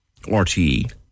RTE